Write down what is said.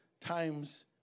times